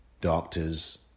Doctors